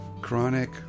chronic